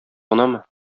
гынамы